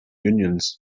unions